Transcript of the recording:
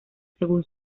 según